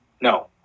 No